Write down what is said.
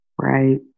Right